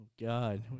God